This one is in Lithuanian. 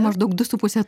maždaug du su puse